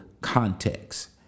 context